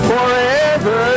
Forever